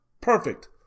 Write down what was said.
perfect